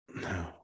No